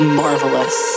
marvelous